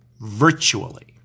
virtually